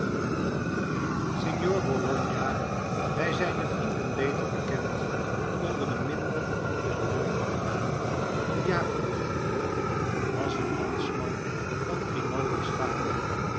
signor bologna bij zijne vrienden beter bekend onder den minder welluidenden naam van jakob bologna was een landsman van grimaldi's vader